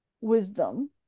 wisdom